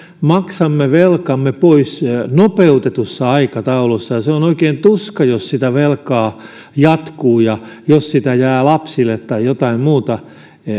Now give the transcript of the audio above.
maksamme velkamme pois nopeutetussa aikataulussa ja se on oikein tuska jos sitä velkaa jatkuu ja jos sitä jää lapsille tai jotain muuta